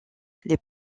les